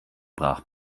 brach